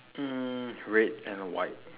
um red and white